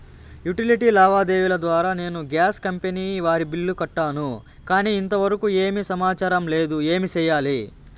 Utility లావాదేవీల ద్వారా నేను గ్యాస్ కంపెని వారి బిల్లు కట్టాను కానీ ఇంతవరకు ఏమి సమాచారం లేదు, ఏమి సెయ్యాలి?